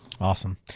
Awesome